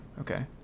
Okay